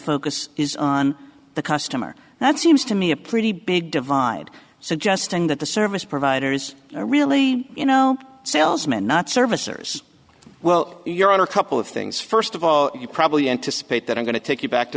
focus is on the customer that seems to me a pretty big divide suggesting that the service providers are really you know salesman not servicers well you're on a couple of things first of all you probably anticipate that i'm going to take you back to